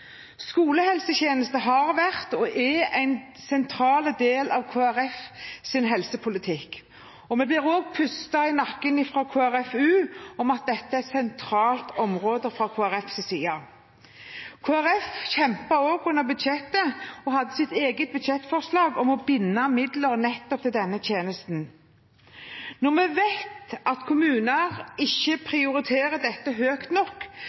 en sentral del av Kristelig Folkepartis helsepolitikk. Vi blir også pustet i nakken av KrFU om at dette er et sentralt område fra Kristelig Folkepartis side. Kristelig Folkeparti kjempet også under budsjettbehandlingen og hadde sitt eget budsjettforslag om å binde midler nettopp til denne tjenesten. Når vi vet at kommuner ikke prioriterer dette høyt nok